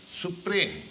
Supreme